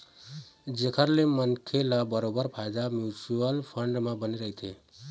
जेखर ले मनखे ल बरोबर फायदा म्युचुअल फंड म बने रहिथे